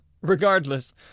regardless